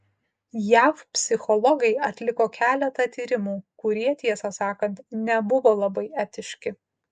jav psichologai atliko keletą tyrimų kurie tiesą sakant nebuvo labai etiški